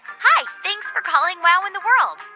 hi. thanks for calling wow in the world.